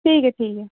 ठीक ऐ ठीक ऐ